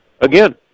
Again